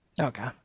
Okay